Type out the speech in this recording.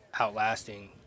outlasting